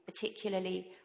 particularly